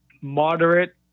moderate